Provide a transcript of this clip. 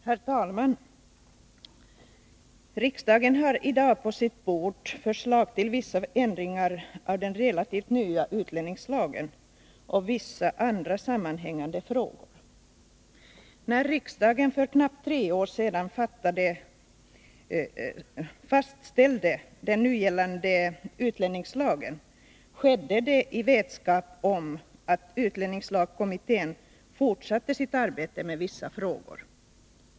Herr talman! Riksdagen har i dag på sitt bord förslag till vissa ändringar av den relativt nya utlänningslagen och vissa andra därmed sammanhängande frågor. När riksdagen för knappt tre år sedan fastställde den nu gällande utlänningslagen skedde det i vetskap om att utlänningslagskommittén fortsatte sitt arbete med vissa frågor.